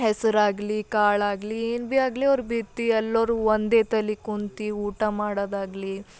ಹೆಸರಾಗ್ಲಿ ಕಾಳಾಗಲಿ ಏನು ಭೀ ಆಗಲಿ ಅವ್ರು ಬಿತ್ತಿ ಎಲ್ಲರೂ ಒಂದೇ ತಲೆ ಕುಂತು ಊಟ ಮಾಡೋದಾಗ್ಲಿ